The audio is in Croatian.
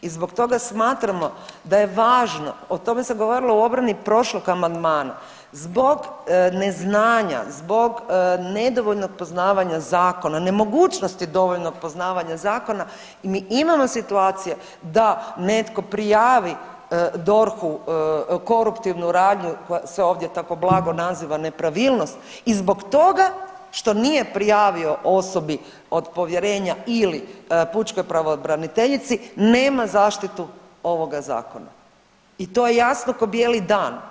I zbog toga smatramo da je važno o tome sam govorila u obrani prošlog amandmana, zbog neznanja, zbog nedovoljnog poznavanja zakona, nemogućnosti dovoljnog poznavanja zakona mi imamo situacije da netko prijavi DORH-u koruptivnu radnju koja se ovdje tako blago naziva nepravilnost i zbog toga što nije prijavio osobi od povjerenja ili pučkoj pravobraniteljici nema zaštitu ovoga zakona i to je jasno ko bijeli dan.